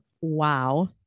Wow